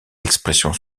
expressions